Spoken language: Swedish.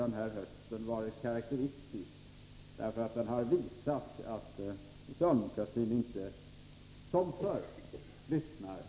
Den har visat att socialdemokratin inte som förr lyssnar på eller bryr sig om andra.